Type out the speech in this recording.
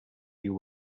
you